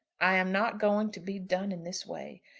i am not going to be done in this way.